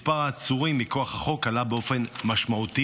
מספר העצורים מכוח החוק עלה באופן משמעותי